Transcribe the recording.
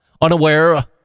unaware